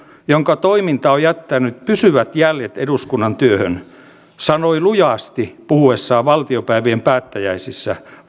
jonka toiminta on jättänyt pysyvät jäljet eduskunnan työhön sanoi lujasti puhuessaan valtiopäivien päättäjäisissä